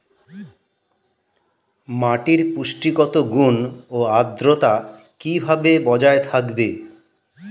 মাটির পুষ্টিগত গুণ ও আদ্রতা কিভাবে বজায় থাকবে?